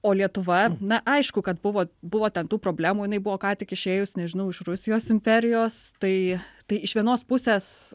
o lietuva na aišku kad buvo buvo ten tų problemų jinai buvo ką tik išėjus nežinau iš rusijos imperijos tai tai iš vienos pusės